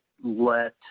let